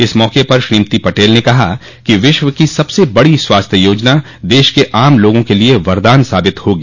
इस मौके पर श्रीमती पटेल ने कहा कि विश्व की सबसे बड़ी स्वास्थ्य योजना देश के आम लागों के लिए वरदान साबित होगी